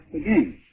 again